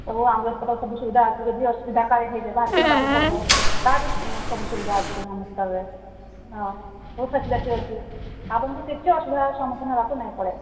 ସବୁ ସବୁ ସୁବିଧା ଅଛି ଯଦି ଅସୁବିଧା କାଳେ ହେଇଯାଏ ବାହାରକୁ ନେବାକୁ ପଡ଼ବ ତା ବି ସବୁ ସୁବିଧା ଅଛି ହଁ ବହୁତ ଫ୍ୟାସିଲିଟି ଅଛି ଆପଣଙ୍କୁ କିଛି ଅସୁବିଧାର ସମ୍ମୁଖୀନ ହେବାକୁ ନାଇଁ ପଡ଼େ